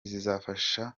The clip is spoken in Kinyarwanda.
zizabafasha